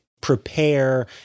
prepare